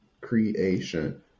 creation